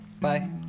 Bye